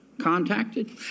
contacted